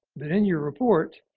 then in your report,